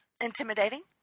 intimidating